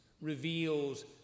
reveals